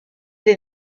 les